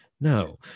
No